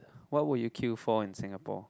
what would you queue for in Singapore